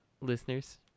listeners